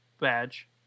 badge